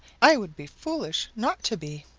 i would be foolish not to be.